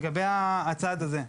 לגבי הצעד הזה.